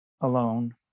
alone